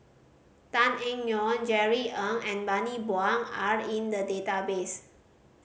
Tan Eng Yoon Jerry Ng and Bani Buang are in the database